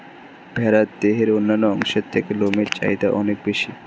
ভেড়ার দেহের অন্যান্য অংশের থেকে লোমের চাহিদা অনেক বেশি